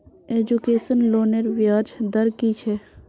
Education लोनेर ब्याज दर कि छे?